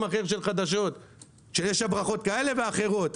אחר של חדשות שיש הברחות כאלה ואחרות.